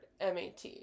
MAT